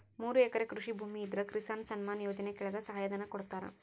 ಮೂರು ಎಕರೆ ಕೃಷಿ ಭೂಮಿ ಇದ್ರ ಕಿಸಾನ್ ಸನ್ಮಾನ್ ಯೋಜನೆ ಕೆಳಗ ಸಹಾಯ ಧನ ಕೊಡ್ತಾರ